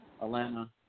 Atlanta